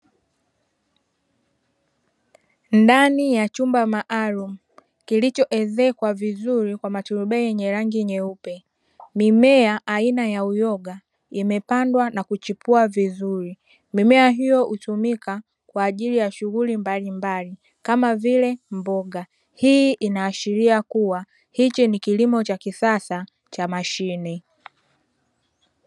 Ndani ya chumba maalumu, kilichoezekwa vizuri kwa maturubai yenye rangi nyeupe; mimea aina ya uyoga imepandwa na kuchipua vizuri. Mimea hiyo hutumika kwa ajili ya shughuli mbalimbali kama vile mboga. Hii inaashiria kuwa hiki ni kilimo cha kisasa cha mashine.